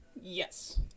yes